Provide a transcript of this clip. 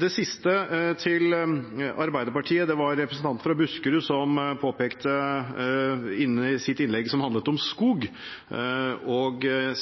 Det siste til Arbeiderpartiet. Det var representanten fra Buskerud som påpekte i sitt innlegg som handlet om skog –